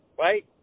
right